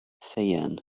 ffeuen